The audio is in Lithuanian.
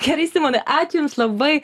gerai simonai ačiū jums labai